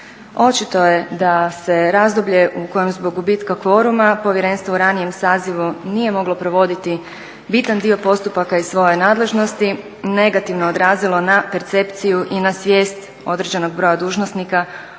Očito je da se razdoblje u kojem zbog gubitka kvoruma povjerenstvo u ranijem sazivu nije moglo provoditi bitan dio postupaka iz svoje nadležnosti negativno odrazilo na percepciju i na svijest određenog broja dužnosnika o obvezama